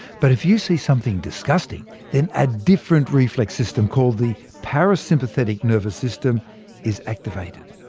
but if you see something disgusting, then a different reflex system called the parasympathetic nervous system is activated.